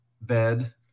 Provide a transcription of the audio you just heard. bed